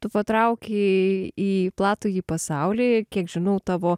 tu patraukei į platųjį pasaulį kiek žinau tavo